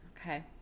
Okay